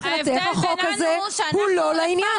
שמבחינתך החוק הזה הוא לא לעניין.